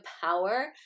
power